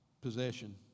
possession